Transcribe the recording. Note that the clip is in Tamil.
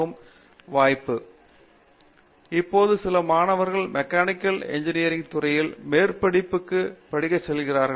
பேராசிரியர் பிரதாப் ஹரிதாஸ் சரி சரி இப்போது சில மாணவர்கள் மெக்கானிக்கல் இன்ஜினியரிங் துறையில் மேற்படிப்பு படிக்கச் செல்கிறார்கள்